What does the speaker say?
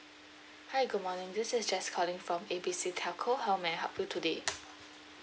hi good morning this is jess calling from A B C telco how may I help you today